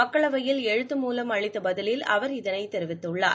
மக்களவையில் எழுத்து மூலம் அளித்த பதிவில் அவர் இதனை தெரிவித்தள்ளார்